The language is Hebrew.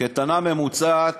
קייטנה ממוצעת